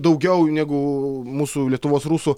daugiau negu mūsų lietuvos rusų